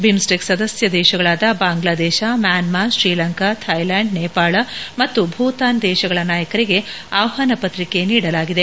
BIMSTEC ಸದಸ್ಯ ದೇಶಗಳಾದ Bangladesh Myanmar Sri Lanka Thailand Nepal ಮತ್ತು ಭೂತಾನ್ ದೇಶಗಳ ನಾಯಕರಿಗೆ ಆಹ್ವಾನ ಪತ್ರಿಕೆ ನೀಡಲಾಗಿದೆ